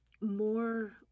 more